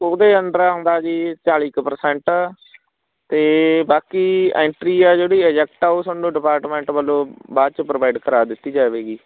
ਉਹਦੇ ਅੰਡਰ ਆਉਂਦਾ ਜੀ ਚਾਲੀ ਕੁ ਪ੍ਰਸੈਂਟ ਅਤੇ ਬਾਕੀ ਐਂਟਰੀ ਆ ਜਿਹੜੀ ਇਜੈਕਟ ਆ ਉਹ ਸਾਨੂੰ ਡਿਪਾਰਟਮੈਂਟ ਵੱਲੋਂ ਬਾਅਦ 'ਚ ਪ੍ਰੋਵਾਈਡ ਕਰਵਾ ਦਿੱਤੀ ਜਾਵੇਗੀ